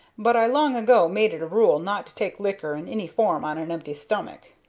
but i long ago made it a rule not to take liquor in any form on an empty stomach.